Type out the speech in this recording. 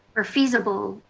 are feasible,